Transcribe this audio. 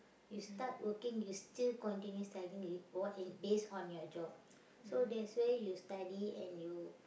you start working you still continue studying E~ what is based on your job so that's where you study and you